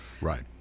Right